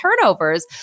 turnovers